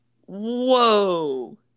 Whoa